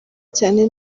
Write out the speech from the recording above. cyane